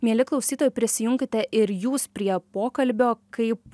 mieli klausytojai prisijunkite ir jūs prie pokalbio kaip